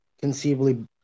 conceivably